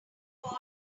fall